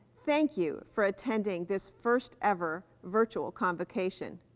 thank you for attending this first ever virtual convocation.